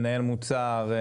מנהל מוצר,